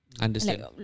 Understand